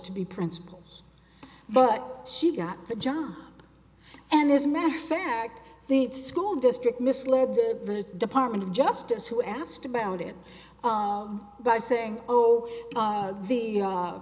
to be principals but she got the job and as a matter fact the school district misled the department of justice who asked about it by saying oh by the